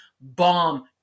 bomb